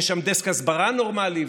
ויש שם דסק הסברה נורמלי,